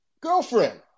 girlfriend